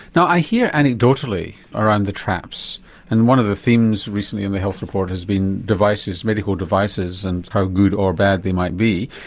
now i hear anecdotally around the traps and one of the themes recently in the health report has been devices, medical devices, and how good or bad they might be.